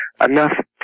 enough